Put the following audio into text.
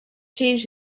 change